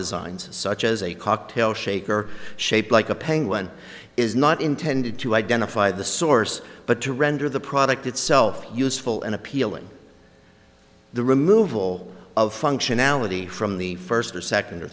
designs such as a cocktail shaker shaped like a penguin is not intended to identify the source but to render the product itself useful and appealing the removal of functionality from the first or second or